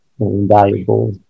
invaluable